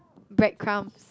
bread crumbs